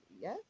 Yes